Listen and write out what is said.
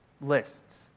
Lists